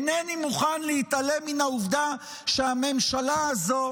אינני מוכן להתעלם מן העובדה שהממשלה הזו,